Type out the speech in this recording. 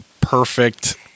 perfect